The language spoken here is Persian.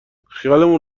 خیالمون